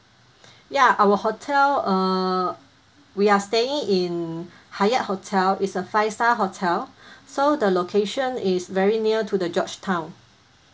ya our hotel err we are staying in hyatt hotel it's a five star hotel so the location is very near to the georgetown